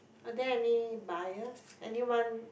are there any buyers anyone